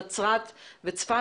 נצרת וצפת.